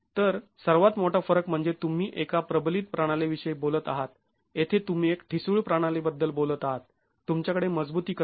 तर सर्वात मोठा फरक म्हणजे तुम्ही एका प्रबलित प्रणाली विषयी बोलत आहात येथे तुम्ही एक ठिसूळ प्रणालीबद्दल बोलत आहात तुमच्याकडे मजबुतीकरण नाही